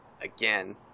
Again